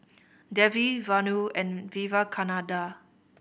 Devi Vanu and Vivekananda